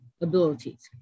abilities